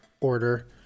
order